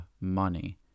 money